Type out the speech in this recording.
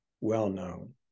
well-known